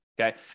Okay